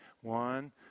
One